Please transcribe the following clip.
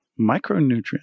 micronutrients